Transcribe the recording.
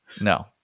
No